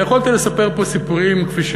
יכולתי לספר פה סיפורים כפי,